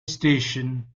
station